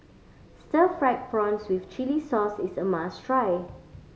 stir fried prawns with chili sauce is a must try